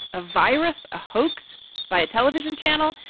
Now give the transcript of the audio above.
a virus, a hoax by a television channel.